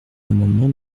l’amendement